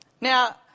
Now